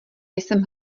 jsem